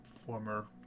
former